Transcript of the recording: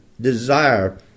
desire